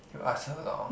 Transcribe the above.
you ask her lor